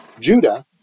Judah